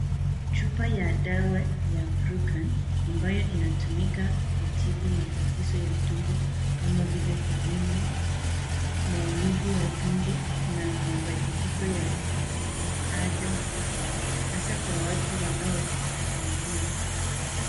Jupa ya dawa ya prupan ambaye inatumika kutibu matatizo ya tumbo, kamavile kuvumba maumifu ya tumbo na mapadiliko ya ajaa kumbwa hasta Kwa watu wanoougua.